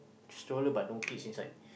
stroller but no kids inside